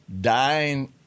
dying